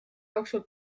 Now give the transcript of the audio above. jooksul